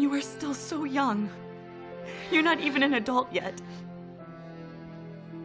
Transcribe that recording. you are still so young you're not even an adult yet